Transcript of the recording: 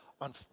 on